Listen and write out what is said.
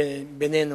בינינו,